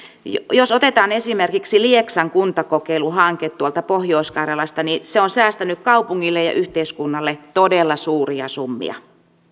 jos otetaan esimerkiksi lieksan kuntakokeiluhanke pohjois karjalasta niin se on säästänyt kaupungille ja yhteiskunnalle todella suuria summia